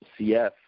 CF